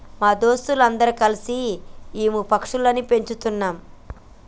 మా దోస్తులు అందరు కల్సి ఈము పక్షులని పెంచుతున్నాం